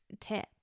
tip